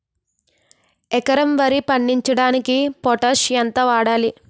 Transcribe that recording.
ఎకరం వరి పండించటానికి పొటాష్ ఎంత వాడాలి?